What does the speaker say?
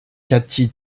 cathy